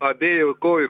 abiejų kojų